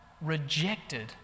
rejected